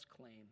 claim